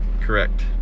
Correct